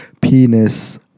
Penis